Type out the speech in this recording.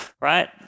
right